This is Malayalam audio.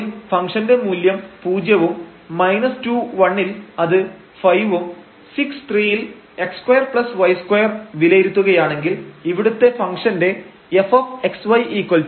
00 യിൽ ഫംഗ്ഷന്റെ മൂല്യം പൂജ്യവും 21 ൽ അത് 5 ഉം 63ൽ x2y2 വിലയിരുത്തുകയാണെങ്കിൽ ഇവിടുത്തെ ഫംഗ്ഷന്റെ fxyx2y2 ആണ്